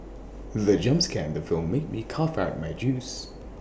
the jump scare in the film made me cough out my juice